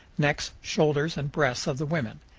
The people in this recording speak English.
necks, shoulders, and breasts of the women.